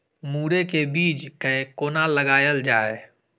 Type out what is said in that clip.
मुरे के बीज कै कोना लगायल जाय?